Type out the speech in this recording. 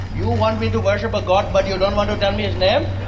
you want me to worship a god, but you don't want to tell me his name?